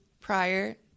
prior